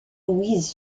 louise